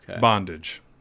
Bondage